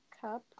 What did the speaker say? cup